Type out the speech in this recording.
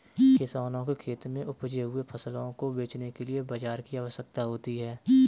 किसानों के खेत में उपजे हुए फसलों को बेचने के लिए बाजार की आवश्यकता होती है